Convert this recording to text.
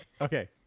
Okay